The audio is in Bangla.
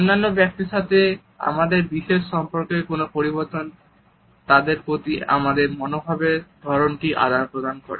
অন্যান্য ব্যক্তির সাথে আমাদের বিশেষ সম্পর্কের যে কোনও পরিবর্তনই তাদের প্রতি আমাদের মনোভাবের ধরণটি আদান প্রদান করে